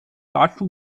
dazu